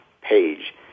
page